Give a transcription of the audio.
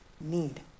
need